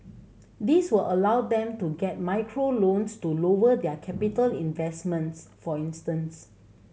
this will allow them to get micro loans to lower their capital investments for instance